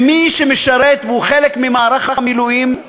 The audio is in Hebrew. ומי שמשרת, והוא חלק ממערך המילואים,